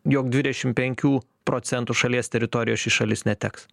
jog dvidešim penkių procentų šalies teritorijos ši šalis neteks